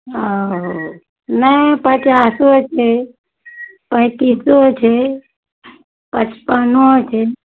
ओ नहि पचासो छै पैँतिसो छै पचपनो छै